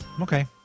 Okay